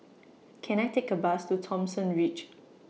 Can I Take A Bus to Thomson Ridge